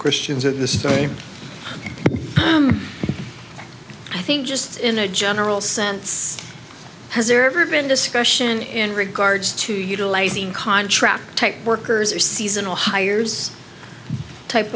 christians at the study i think just in a general sense has there ever been discussion in regards to utilizing contract type workers or seasonal hires type